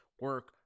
Work